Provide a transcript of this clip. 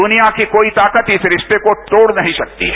दुनिया की कोई ताकत इस रिश्ते को तोड़ नहीं सकती है